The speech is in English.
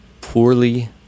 poorly